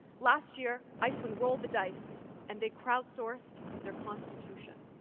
last year, iceland rolled the dice and they crowdsourced their constitution.